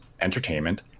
entertainment